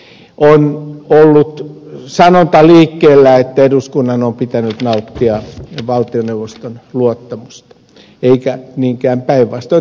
on ollut sanonta liikkeellä että eduskunnan on pitänyt nauttia valtioneuvoston luottamusta eikä niinkään päinvastoin